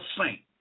saint